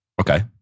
Okay